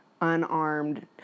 unarmed